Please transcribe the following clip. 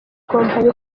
kompanyi